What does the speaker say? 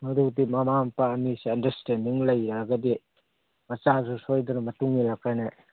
ꯃꯔꯨꯗꯤ ꯃꯃꯥ ꯃꯄꯥ ꯑꯅꯤꯁꯦ ꯑꯟꯗꯔꯁꯇꯦꯟꯗꯤꯡ ꯂꯩꯔꯒꯗꯤ ꯃꯆꯥꯁꯨ ꯁꯣꯏꯗꯅ ꯃꯇꯨꯡ ꯏꯜꯂꯛꯀꯅꯤ